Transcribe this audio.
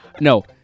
No